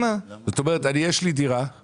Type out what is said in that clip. יש לי דירה,